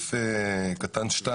סעיף קטן (2)